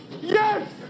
yes